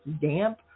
damp